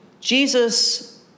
Jesus